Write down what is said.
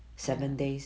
ya